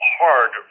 hard